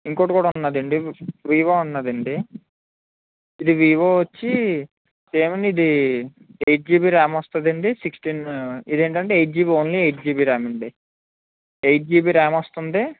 ఇంకోకటి కూడా ఉన్నాదండి వివో ఉన్నాదండి ఇది వివో వచ్చి సెవెన్ ఇది ఎయిట్ జీబీ ర్యామ్ వస్తుందండి సిక్స్టీన్ ఇదేంటంటే eight GB only eight GB RAM అండి ఎయిట్ జీబీ ర్యామ్ వస్తుంది